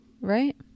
Right